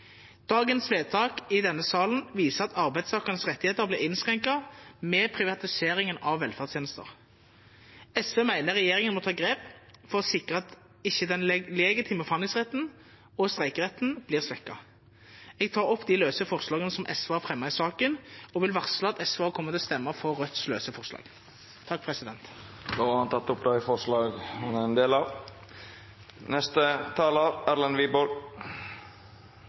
Dagens vedtak i denne salen viser at arbeidstakernes rettigheter blir innskrenket med privatiseringen av velferdstjenester. SV mener regjeringen må ta grep for å sikre at den legitime forhandlingsretten og streikeretten ikke blir svekket. Jeg tar opp de løse forslagene som SV har fremmet i saken, og vil varsle at SV også kommer til å stemme for Rødts løse forslag, nr. 3. Representanten Eirik Faret Sakariassen har teke opp dei forslaga han viste til. For det første er jeg glad for at det er en